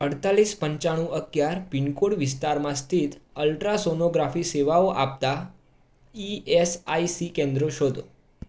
અડતાલીસ પંચાણું અગિયાર પીનકોડ વિસ્તારમાં સ્થિત અલ્ટ્રાસોનોગ્રાફી સેવાઓ આપતાં ઇ એસ આઇ સી કેન્દ્રો શોધો